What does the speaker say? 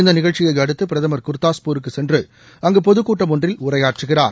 இந்த நிகழ்ச்சியை அடுத்து பிரதமர் குர்தாஸ்பூருக்கு சென்று அங்கு பொதுக்கூட்டம் ஒன்றில் உரையாற்றுகிறார்